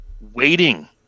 waiting